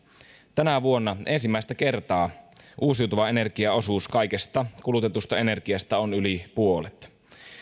tänä vuonna ensimmäistä kertaa uusiutuvan energian osuus kaikesta kulutetusta energiasta on yli puolet